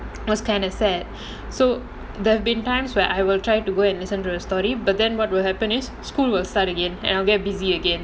was kind of sad so there have been times where I will try to go and listen to the story but then what will happen is school will start again and I'll get busy again